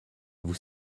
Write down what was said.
vous